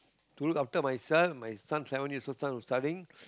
to look after myself my son family and also son who is studying